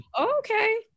okay